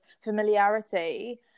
familiarity